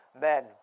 men